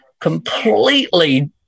completely